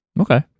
Okay